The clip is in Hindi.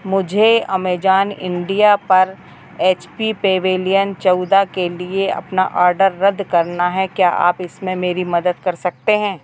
मुझे अमेज़ॉन इंडिया पर एच पी पेविलियन चौदह के लिए अपना ऑर्डर रद्द करना है क्या आप इसमें मेरी मदद कर सकते हैं